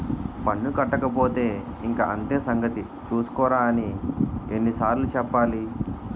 పన్ను కట్టకపోతే ఇంక అంతే సంగతి చూస్కోరా అని ఎన్ని సార్లు చెప్పాలి